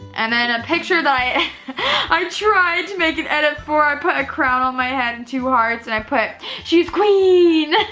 and then a picture that i i tried to make an edit before i put a crown on my head and two hearts and i put she's queen.